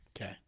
Okay